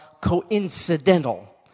coincidental